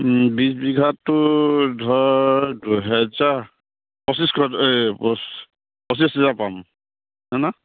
বিছ বিঘাটো ধৰ দুহেজাৰ পঁচিছ এই পঁচিছ হাজাৰ পাম হে ন